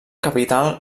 capital